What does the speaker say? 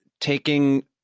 taking